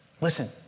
Listen